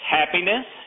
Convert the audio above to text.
happiness